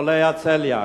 לחולי הצליאק.